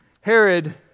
Herod